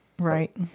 Right